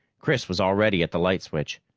chris was already at the light switch.